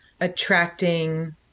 attracting